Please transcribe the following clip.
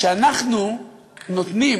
כשאנחנו נותנים